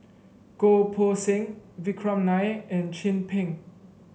Goh Poh Seng Vikram Nair and Chin Peng